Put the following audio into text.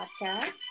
Podcast